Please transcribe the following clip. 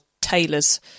tailors